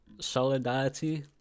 solidarity